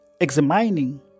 examining